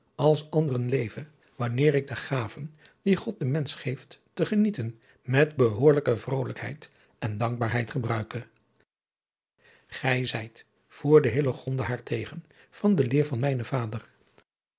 als anderen leve wanneer ik de gaven die god den mensch geeft te genieten met behoorlijke vroadriaan loosjes pzn het leven van hillegonda buisman lijkheid en dankbaarheid gebruike gij zijt voerde hillegonda haar tegen van de leer van mijnen vader